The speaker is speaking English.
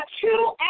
two